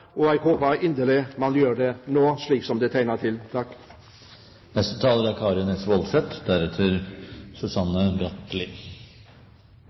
Jeg håper inderlig man gjør det nå, slik som det tegner til.